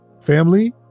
family